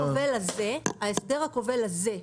לגבי ההסדר הכובל הזה,